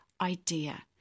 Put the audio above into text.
idea